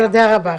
תודה רבה.